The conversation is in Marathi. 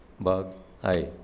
बाग आहे